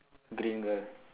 green girl